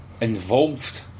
involved